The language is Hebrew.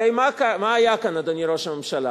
הרי מה היה כאן, אדוני ראש הממשלה?